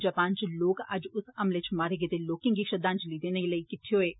Japan च लोक अज्ज उस हमले च मारे गेदे लोकें गी श्रद्धांजलि देने लेई किट्डे होए हे